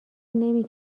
نمی